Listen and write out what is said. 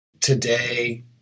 Today